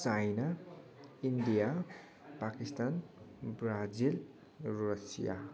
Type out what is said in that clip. China India Pakistan Brazil Russia